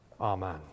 Amen